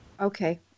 Okay